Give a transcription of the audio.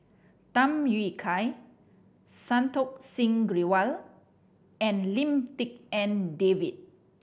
Tham Yui Kai Santokh Singh Grewal and Lim Tik En David